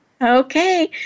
Okay